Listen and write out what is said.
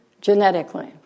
genetically